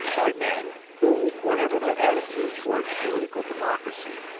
by men who, whatever their attitude toward political democracy,